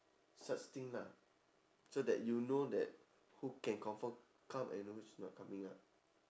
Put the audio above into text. such thing lah so that you know that who can confirm come and know who's not coming lah